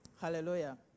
Hallelujah